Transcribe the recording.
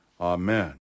amen